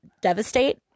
Devastate